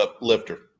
lifter